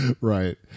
Right